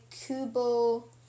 kubo